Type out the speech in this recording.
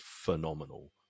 phenomenal